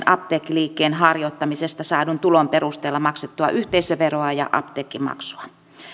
apteekkiliikkeen harjoittamisesta saadun tulon perusteella maksettua yhteisöveroa ja apteekkimaksua